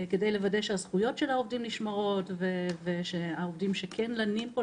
כדי לוודא שהזכויות של העובדים נשמרות ושהעובדים שלנים פה,